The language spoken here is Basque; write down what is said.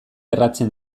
erratzen